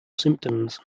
symptoms